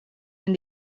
and